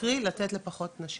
קרי לתת לפחות נשים,